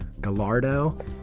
Gallardo